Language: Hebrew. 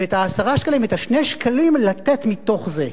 ואת 2 השקלים לתת מתוך זה.